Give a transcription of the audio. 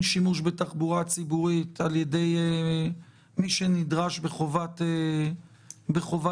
שימוש בתחבורה ציבורית על ידי מי שנדרש בחובת בידוד.